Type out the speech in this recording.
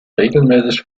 regelmäßig